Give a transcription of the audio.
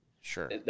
Sure